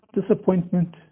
disappointment